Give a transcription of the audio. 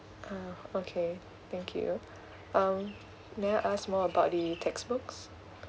ah okay thank you um may I ask more about the textbooks